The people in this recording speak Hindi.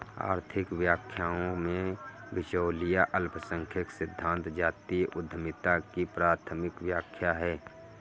आर्थिक व्याख्याओं में, बिचौलिया अल्पसंख्यक सिद्धांत जातीय उद्यमिता की प्राथमिक व्याख्या है